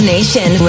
Nation